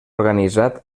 organitzat